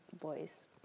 boys